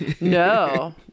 no